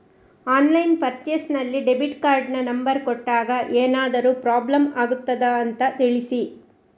Online purchase ನಲ್ಲಿ debit ಕಾರ್ಡಿನ number ಕೊಟ್ಟಾಗ ಏನಾದರೂ ಪ್ರಾಬ್ಲಮ್ ಆಗುತ್ತದ ಅಂತ ತಿಳಿಸಿ?